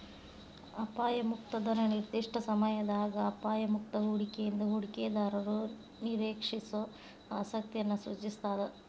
ಅಪಾಯ ಮುಕ್ತ ದರ ನಿರ್ದಿಷ್ಟ ಸಮಯದಾಗ ಅಪಾಯ ಮುಕ್ತ ಹೂಡಿಕೆಯಿಂದ ಹೂಡಿಕೆದಾರರು ನಿರೇಕ್ಷಿಸೋ ಆಸಕ್ತಿಯನ್ನ ಸೂಚಿಸ್ತಾದ